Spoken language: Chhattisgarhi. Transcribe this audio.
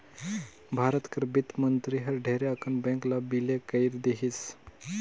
भारत कर बित्त मंतरी हर ढेरे अकन बेंक ल बिले कइर देहिस